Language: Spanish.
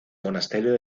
monasterio